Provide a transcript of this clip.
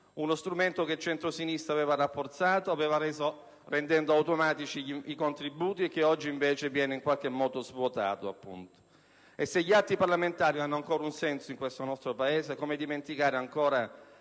Uno strumento che il centrosinistra aveva rafforzato rendendo automatici i contributi e che oggi viene in qualche modo svuotato. E se gli atti parlamentari hanno ancora un senso in questo Paese, come dimenticare ancora